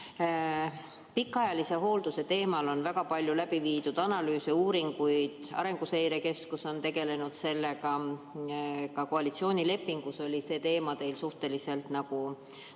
Pikaajalise hoolduse teemal on läbi viidud väga palju analüüse, uuringuid. Arenguseire Keskus on tegelenud sellega, ka koalitsioonilepingus oli see teema teil suhteliselt tugevalt